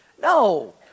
No